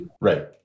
Right